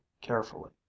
carefully